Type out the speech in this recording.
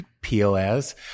POS